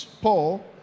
Paul